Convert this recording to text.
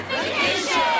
Vacation